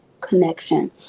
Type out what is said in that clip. connection